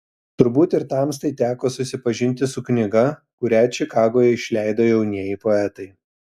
turbūt ir tamstai teko susipažinti su knyga kurią čikagoje išleido jaunieji poetai